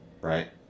Right